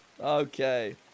Okay